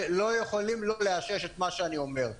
שלא יכולים לא לאשש את מה שאני אומר.